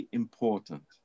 important